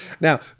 Now